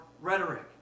rhetoric